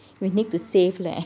we need to save leh